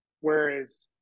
Whereas